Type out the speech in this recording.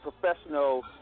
professional